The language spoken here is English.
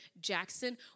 Jackson